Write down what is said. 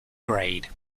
grade